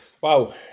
wow